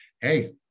hey